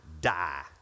die